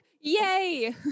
yay